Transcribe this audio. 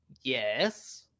yes